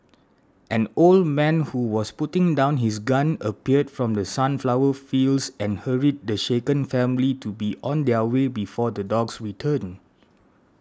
an old man who was putting down his gun appeared from the sunflower fields and hurried the shaken family to be on their way before the dogs return